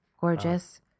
Gorgeous